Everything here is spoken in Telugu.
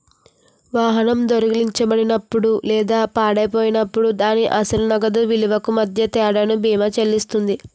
వాహనం దొంగిలించబడినప్పుడు లేదా పాడైపోయినప్పుడు దాని అసలు నగదు విలువకు మధ్య తేడాను బీమా చెల్లిస్తుంది